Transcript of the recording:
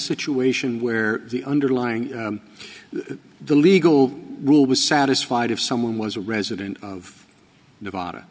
situation where the underlying the legal rule was satisfied if someone was a resident of nevada